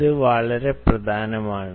അത് വളരെ പ്രധാനമാണ്